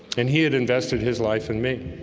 and he had invested his life and me